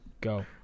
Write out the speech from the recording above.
Go